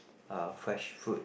uh fresh fruit